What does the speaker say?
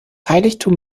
heiligtum